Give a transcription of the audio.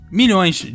milhões